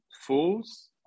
fools